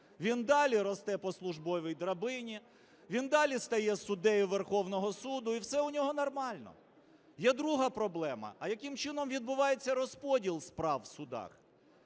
Він далі росте по службовій драбині, він далі стає суддею Верховного Суду і все у нього нормально. Є друга проблема. А яким чином відбувається розподіл справ в судах?